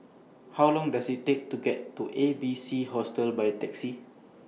How Long Does IT Take to get to A B C Hostel By Taxi